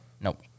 Nope